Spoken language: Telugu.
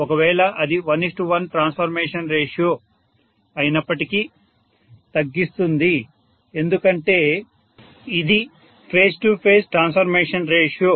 ఒకవేళ అది 11 ట్రాన్స్ఫర్మేషన్ రేషియో అయినప్పటికీ తగ్గిస్తుంది ఎందుకంటే ఇది phase to phase transformation ratio